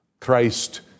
Christ